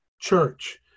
church